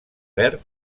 verd